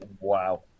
Wow